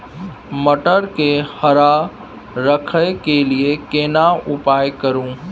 मटर के हरा रखय के लिए केना उपाय करू?